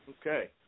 Okay